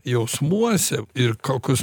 jausmuose ir kokius